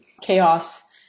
chaos